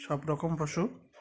সব রকম পশু